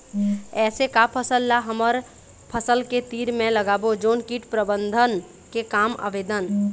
ऐसे का फसल ला हमर फसल के तीर मे लगाबो जोन कीट प्रबंधन के काम आवेदन?